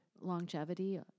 longevity